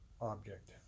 object